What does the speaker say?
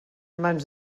mans